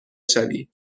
شوی